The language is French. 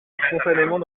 spontanément